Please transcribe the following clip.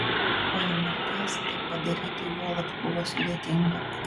po jo mirties tai padaryti juolab buvo sudėtinga